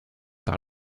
par